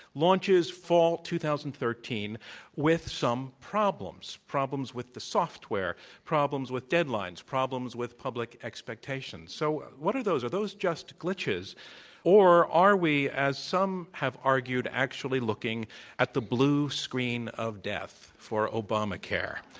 launches fall two thousand and thirteen with some problems, problems with the software, problems with deadlines, problems with public expectations. so what are those? are those just glitches or are we, as some have argued, actually looking at the blue screen of death for obamacare?